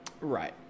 Right